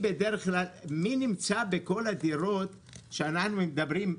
מי נמצא בכל הדירות שאנחנו מדברים עליהן?